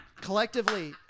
Collectively